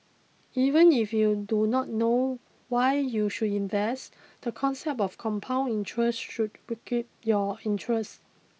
even if you do not know why you should invest the concept of compound interest should pique your interest